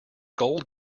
gold